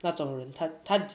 那种人他他